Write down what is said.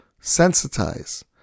sensitize